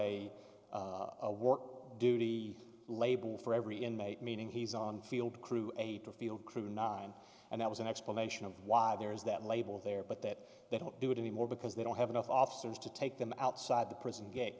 still a work duty label for every inmate meaning he's on field crew eight a field crew nine and that was an explanation of why there is that label there but that they don't do it anymore because they don't have enough officers to take them outside the prison ga